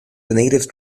native